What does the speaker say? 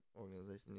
organization